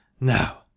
Now